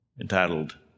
entitled